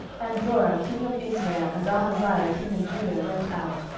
and joram king of israel and ahaziah king of judah went out,